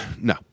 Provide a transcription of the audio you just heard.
no